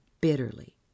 bitterly